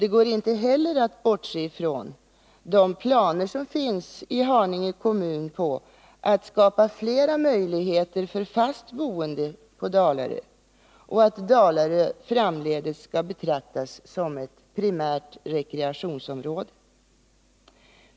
Det går inte heller att bortse från de planer som i Haninge kommun finns på att skapa flera möjligheter för fast boende på Dalarö och att Dalarö framdeles skall betraktas som ett primärt rekreationsområde.